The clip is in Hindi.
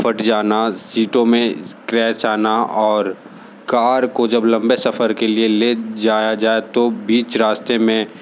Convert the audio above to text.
फट जाना सीटों मे स्क्रैच आना और कार को जब लंबे सफर के लिए ले जाया जाए तो बीच रास्ते मे